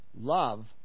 Love